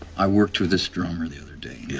i worked with this drummer the other day